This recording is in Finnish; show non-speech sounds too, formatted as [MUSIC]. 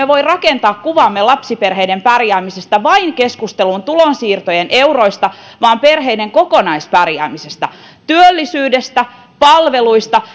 [UNINTELLIGIBLE] voi rakentaa kuvaamme lapsiperheiden pärjäämisestä vain keskustelulle tulonsiirtojen euroista vaan kyse on perheiden kokonaispärjäämisestä työllisyydestä palveluista [UNINTELLIGIBLE]